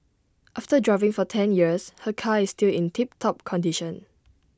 after driving for ten years her car is still in tip top condition